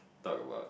talk about